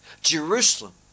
jerusalem